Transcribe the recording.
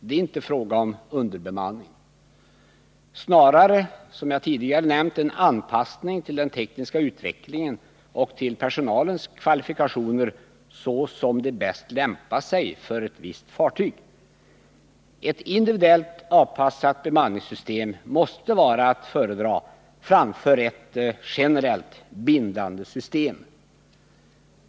Det är inte fråga om underbemanning-— snarare, som jag tidigare nämnt, om en anpassning till den tekniska utvecklingen och till personalens kvalifikationer så som de bäst lämpar sig för ett visst fartyg. Ett individuellt avpassat bemanningssystem måste vara att föredra framför ett generellt bindande system.